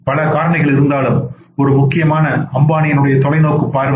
பல காரணிகள் இருந்தாலும் ஒரு முக்கியமான அம்பானியின் தொலைநோக்கு பார்வை